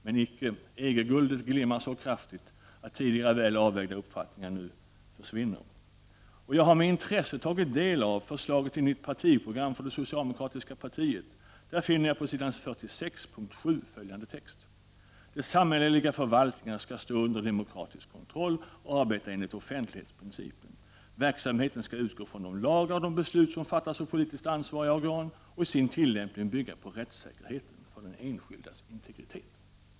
Men icke — EG-guldet glimmar så kraftigt att tidigare väl avvägda uppfattningar nu försvinner. Jag har med intresse tagit del av förslaget till nytt partiprogram för det socialdemokratiska partiet. På s. 46 under p. 7 återfinns följande text: ”De samhälleliga förvaltningarna ska stå under demokratisk kontroll och arbeta enligt offentlighetsprincipen. Verksamheten skall utgå från de lagar och de beslut som fattas av politiskt ansvariga organ och i sin tillämpning bygga på rättssäkerheten för den enskildes integritet.